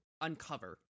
uncover